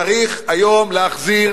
צריך היום להחזיר